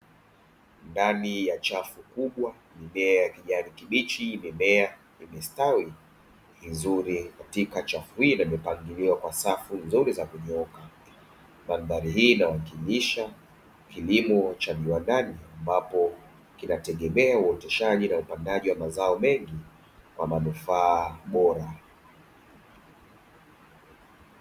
Ndani ya chafu kubwa mimea ya kijani kibichi imemea, imestawi vizuri katika chafu hii na imepangiliwa katika safu nzuri za kunyooka. Mandhari hii inawakilisha kilimo cha viwandani ambacho kinategemea uoteshaji na upandaji wa mazao mengi kwa manufaa bora.